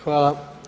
Hvala.